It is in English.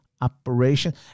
operation